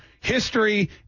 history